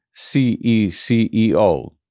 C-E-C-E-O